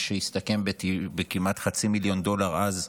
מה שהסתכם בכמעט חצי מיליון דולר אז.